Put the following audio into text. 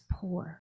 poor